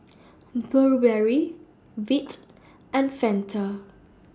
Burberry Veet and Fanta